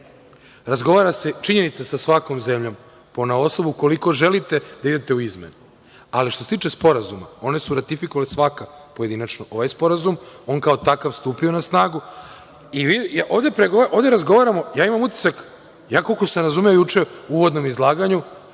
razgovara se, činjenica, sa svakom zemljom ponaosob ukoliko želite da idete u izmene. Ali, što se tiče Sporazuma, one su ratifikovale svaka pojedinačno, ovaj Sporazum, on kao takav stupio na snagu. Ovde razgovaramo, ja imam utisak, ja koliko sam razumeo juče u uvodnom izlaganju,